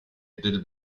del